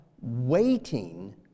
waiting